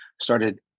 started